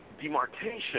demarcation